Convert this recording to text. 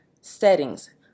settings